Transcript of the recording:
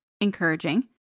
encouraging